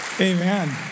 Amen